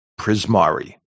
Prismari